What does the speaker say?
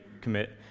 commit